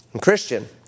Christian